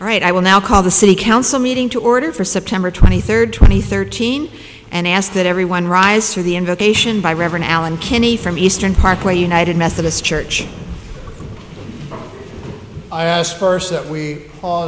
right i will now call the city council meeting to order for september twenty third twenty thirteen and ask that everyone rise to the invocation by reverend allen kenny from eastern parkway united methodist church i asked first that we all